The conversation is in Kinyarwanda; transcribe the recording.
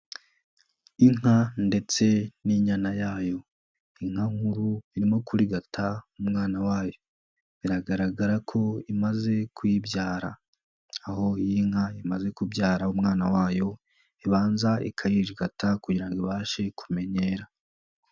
Inka ndetse n'inyana yayo. Inka nkuru irimo kurigata umwana wayo. Biragaragara ko imaze kuyibyara. Aho iyi nka imaze kubyara umwana wayo, ibanza ikayirigata kugira ngo ibashe kumenyera.